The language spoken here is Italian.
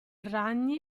ragni